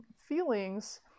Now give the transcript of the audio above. feelings